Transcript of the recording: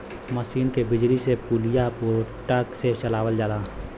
मसीन के बिजली से पुलिया पट्टा से चलावल जाला